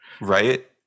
Right